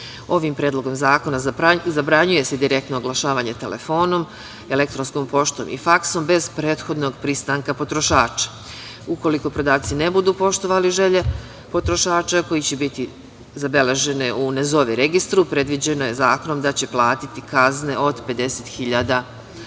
predlogom zakona zabranjuje se direktno oglašavanje telefonom, elektronskom poštom i faksom bez prethodnog pristanka potrošača. Ukoliko prodavci ne budu poštovali želje potrošača koji će biti zabeležene u – „ne zovi“ registru predviđeno je zakonom da će platiti kazne od 50.000